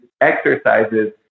exercises